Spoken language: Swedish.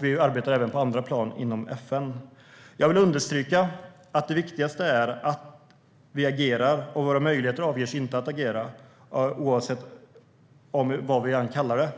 Vi arbetar även på andra plan inom FN. Jag vill understryka att det viktigaste är att vi agerar. Våra möjligheter att agera avgörs inte av vad vi kallar det.